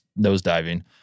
nosediving